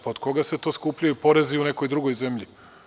Pa od koga se skupljaju porezi u nekoj drugoj zemlji?